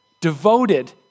devoted